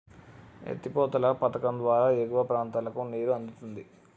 ఎత్తి పోతల పధకం ద్వారా ఎగువ ప్రాంతాలకు నీరు అందుతుంది